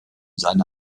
seine